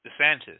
DeSantis